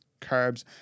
carbs